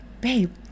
babe